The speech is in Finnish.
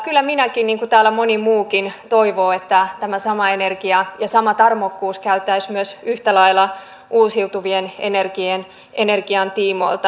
kyllä minäkin niin kuin täällä moni muukin toivon että tämä sama energia ja sama tarmokkuus käytäisiin myös yhtä lailla uusiutuvan energian tiimoilta